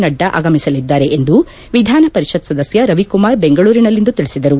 ನಡ್ಡಾ ಆಗಮಿಸಲಿದ್ದಾರೆ ಎಂದು ವಿಧಾನ ಪರಿಷತ್ ಸದಸ್ಯ ರವಿಕುಮಾರ್ ಬೆಂಗಳೂರಿನಲ್ಲಿಂದು ತಿಳಿಸಿದರು